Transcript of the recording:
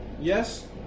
Yes